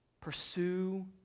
Pursue